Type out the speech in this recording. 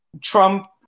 Trump